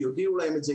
שיודיעו להם את זה,